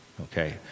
Okay